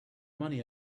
money